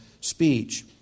speech